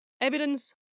Evidence